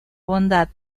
bondad